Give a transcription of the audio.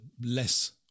less